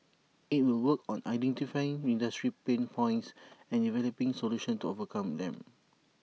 IT will work on identifying industry pain points and developing solutions to overcome them